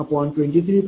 5079 0